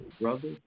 brother